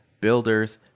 builders